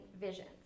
visions